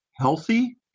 healthy